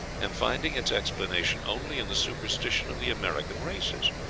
and finding its explanation only in the superstition of the american races.